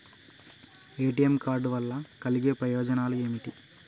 ATM card వల్ల కలిగే ప్రయోజనాలు ఏమిటి?